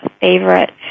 favorite